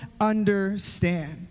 understand